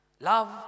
Love